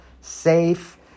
safe